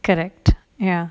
correct ya